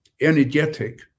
energetic